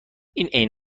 این